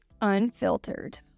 unfiltered